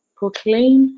proclaim